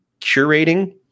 curating